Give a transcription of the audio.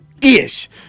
ish